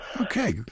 okay